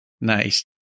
Nice